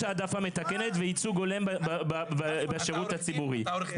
העדפה מתקנת וייצוג הולם בשירות הציבורי.